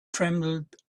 trembled